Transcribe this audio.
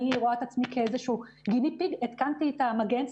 אני רואה את עצמי כגיני פיג הורדתי אותו.